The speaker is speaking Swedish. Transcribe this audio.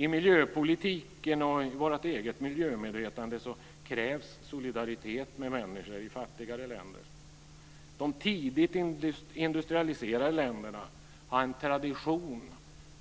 I miljöpolitiken och i vårt eget miljömedvetande krävs solidaritet med människor i fattigare länder. De tidigt industrialiserade länderna har en tradition